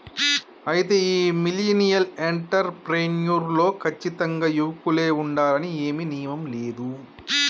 అయితే ఈ millennial entrepreneur లో కచ్చితంగా యువకులే ఉండాలని ఏమీ నియమం లేదు